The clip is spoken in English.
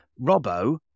Robbo